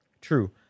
True